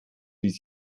ließ